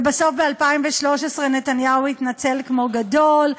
ובסוף ב-2013 נתניהו התנצל כמו גדול,